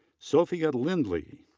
sophia lindley.